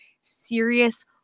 serious